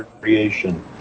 creation